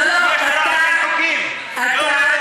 לא לא, אתה טועה.